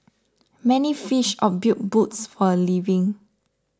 many fished or built boats for a living